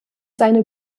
seine